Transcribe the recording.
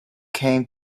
came